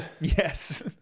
Yes